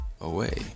away